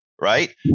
Right